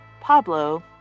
Pablo